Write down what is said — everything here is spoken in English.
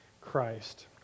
Christ